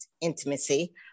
intimacy